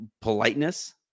politeness